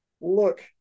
look